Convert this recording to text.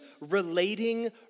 relating